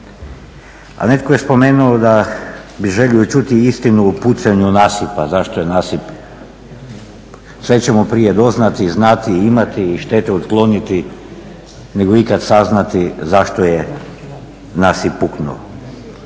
a netko je spomenuo da bi želio čuti istinu o pucanju nasipa, zašto je nasip puknuo. Sve ćemo prije doznati i znati, imati, i štete otkloniti nego ikad saznati zašto je nasip puknuo.